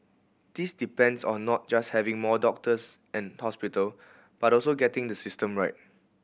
this depends on not just having more doctors and hospital but also getting the system right